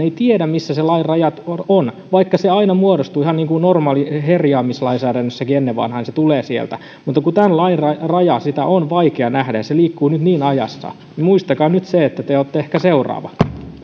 he eivät tiedä missä ne lain rajat ovat vaikka se aina tulee sieltä ihan niin kuin normaalissa herjaamislainsäädännössäkin ennen vanhaan mutta kun tämän lain rajaa on vaikea nähdä ja se liikkuu nyt niin ajassa niin muistakaa nyt se että te te olette ehkä seuraava